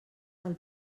del